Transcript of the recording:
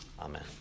Amen